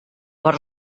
per